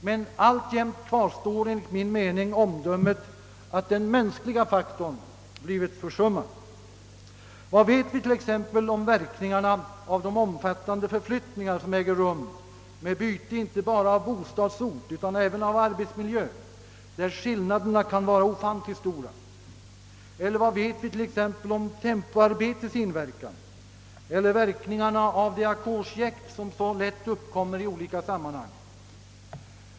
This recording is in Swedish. Men alltjämt gäller enligt min mening omdömet att den mänskliga faktorn blivit försummad, Vad vet vi t.ex. om verkningarna av de omfattande förflyttningar som äger rum och vilka medför byte inte bara av bostadsort utan även av arbetsmiljön, varvid skillnaderna kan vara ofantligt stora? Eller vad vet vit.ex. om tempoarbetets inverkan på människan, eller om verkning arna av det ackordsjäkt som så ofta uppkommer i olika sammanhang?